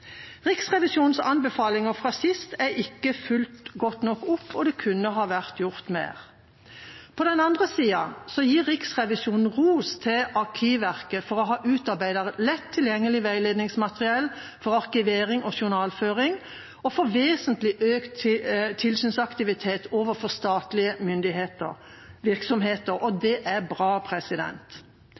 Riksrevisjonens anbefalinger fra sist er ikke fulgt godt nok opp, og det kunne ha vært gjort mer. På den andre siden gir Riksrevisjonen ros til Arkivverket for å ha utarbeidet lett tilgjengelig veiledningsmateriell for arkivering og journalføring og for vesentlig økt tilsynsaktivitet overfor statlige virksomheter – og det er bra.